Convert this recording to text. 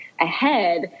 ahead